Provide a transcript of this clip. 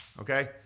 Okay